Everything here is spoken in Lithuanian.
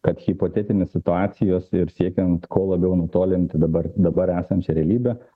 kad hipotetinės situacijos ir siekiant kuo labiau nutolinti dabar dabar esančią realybę